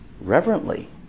reverently